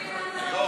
(תיקון),